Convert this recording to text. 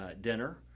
dinner